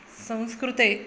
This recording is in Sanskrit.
संस्कृते